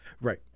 Right